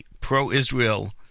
pro-Israel